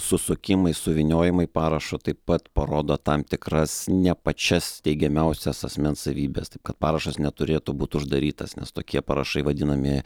susukimai suvyniojimai parašo taip pat parodo tam tikras ne pačias teigiamiausias asmens savybes taip kad parašas neturėtų būt uždarytas nes tokie parašai vadinami